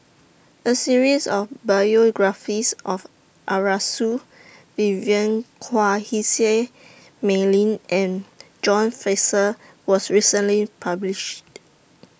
A series of biographies of Arasu Vivien Quahe Seah Mei Lin and John Fraser was recently published